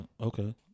okay